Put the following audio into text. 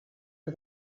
for